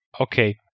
Okay